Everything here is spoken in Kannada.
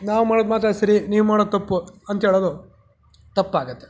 ನಾವು ಮಾಡೋದು ಮಾತ್ರ ಸರಿ ನೀವು ಮಾಡೋದು ತಪ್ಪು ಅಂತ ಹೇಳೋದು ತಪ್ಪಾಗತ್ತೆ